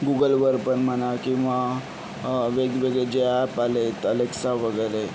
गूगलवर पण म्हणा किंवा वेगवेगळे जे ॲप आलेत अलेक्सा वगैरे